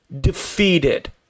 defeated